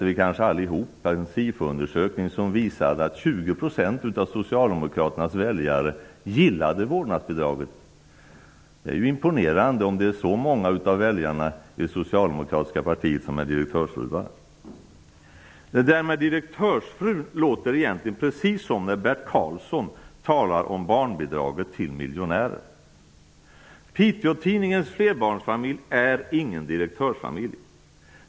Vi kanske alla har läst om den SIFO-undersökning som visade att 20 % av socialdemokraternas väljare gillade vårdnadsbidraget. Det är ju imponerande om så många av de socialdemokratiska väljarna är direktörsfruar. Detta med direktörsfru låter egentligen precis som när Bert Karlsson talar om barnbidraget till miljonärer. Piteå-Tidningens flerbarnsfamilj är ingen direktörsfamilj.